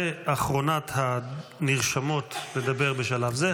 אחרונת הנרשמות לדבר בשלב זה,